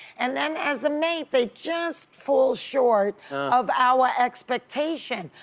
and then as a mate, they just fall short of our expectation.